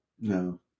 No